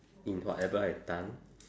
in whatever I done